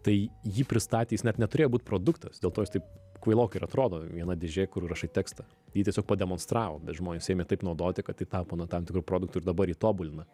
tai jį pristatė jis net neturėjo būt produktas dėl to jis taip kvailokai ir atrodo viena dėžė kur rašai tekstą jį tiesiog pademonstravo bet žmonės ėmė taip naudoti kad tai tapo na tam tikru produktu ir dabar jį tobulina